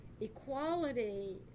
Equality